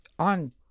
on